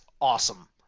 awesome